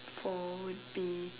for would be